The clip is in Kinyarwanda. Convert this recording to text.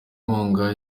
inkunga